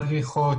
מדריכות,